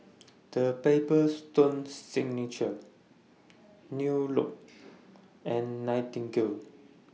The Paper Stone Signature New Look and Nightingale